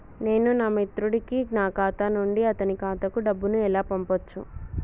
నేను నా మిత్రుడి కి నా ఖాతా నుండి అతని ఖాతా కు డబ్బు ను ఎలా పంపచ్చు?